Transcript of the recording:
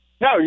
No